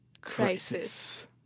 crisis